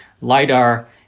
LiDAR